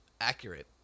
accurate